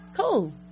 cool